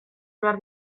behar